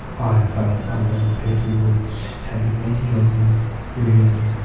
i felt a lot of people would take advantage of and really